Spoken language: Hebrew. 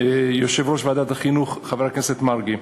יושב-ראש ועדת החינוך חבר הכנסת מרגי.